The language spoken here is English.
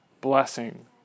blessing